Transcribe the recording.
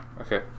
Okay